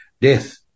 death